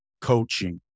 coaching